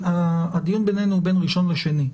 הדיון בינינו הוא בין ראשון לשני,